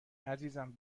عزیزم